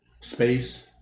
Space